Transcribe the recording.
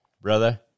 brother